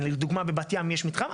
לדוגמא בבת ים יש מתחם,